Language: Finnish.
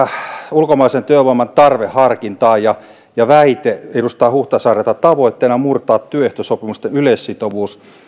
ulkomaisen työvoiman tarveharkintaan ja tuli väite edustaja huhtasaarelta että on tavoitteena murtaa työehtosopimusten yleissitovuus